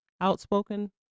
outspoken